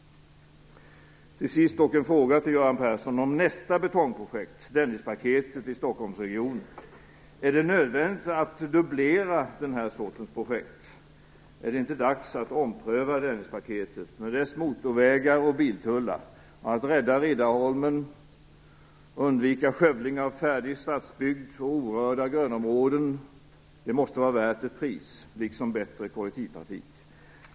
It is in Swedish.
Till sist dock en fråga till Göran Persson om nästa betongprojekt, Dennispaketet i Stockholmsregionen: Är det nödvändigt att dubblera den här sortens projekt? Är det inte dags att ompröva Dennispaketet med dess motorvägar och biltullar? Att rädda Riddarholmen och undvika skövling av färdig stadsbygd och orörda grönområden måste vara värt ett pris, liksom bättre kollektivtrafik.